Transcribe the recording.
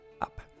up